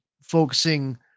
focusing